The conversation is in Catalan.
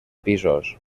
pisos